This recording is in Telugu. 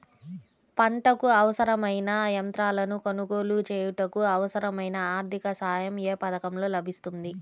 పంటకు అవసరమైన యంత్రాలను కొనగోలు చేయుటకు, అవసరమైన ఆర్థిక సాయం యే పథకంలో లభిస్తుంది?